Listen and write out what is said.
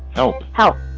no. how?